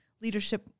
Leadership